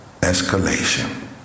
escalation